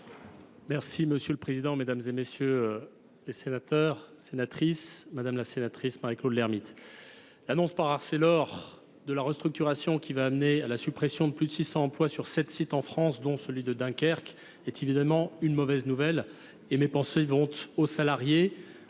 Merci Monsieur le Président, Mesdames et Messieurs les Sénateurs, Sénatrices, Madame la Sénatrice Marie-Claude Lhermitte. L'annonce par Arcelor de la restructuration qui va amener à la suppression de plus de 600 emplois sur 7 sites en France dont celui de Dunkerque est évidemment une mauvaise nouvelle et mes pensées vont aux salariés,